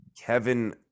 Kevin